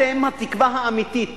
אתם התקווה האמיתית